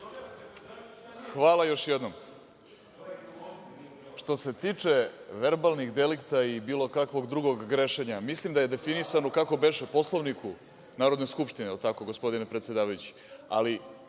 Hvala, još jednom. Što se tiče verbalnih delikta i bilo kakvog drugog grešenja, mislim da je definisano, kako beše, Poslovnikom Narodne skupštine, jel tako, gospodine predsedavajući? Ali,